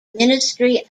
ministry